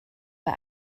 bei